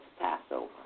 Passover